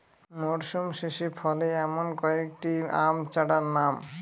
মরশুম শেষে ফলে এমন কয়েক টি আম চারার নাম?